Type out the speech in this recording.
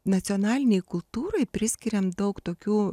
nacionalinei kultūrai priskiriam daug tokių